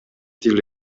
тил